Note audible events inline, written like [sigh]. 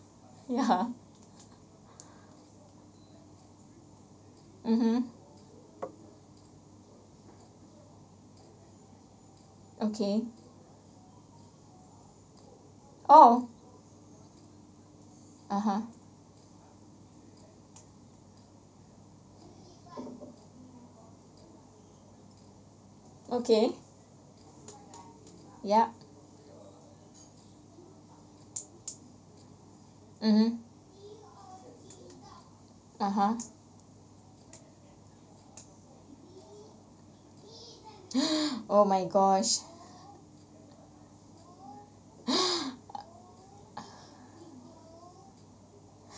ya [laughs] mmhmm okay oh (uh huh) okay yup mmhmm a'ah oh my gosh